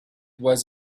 was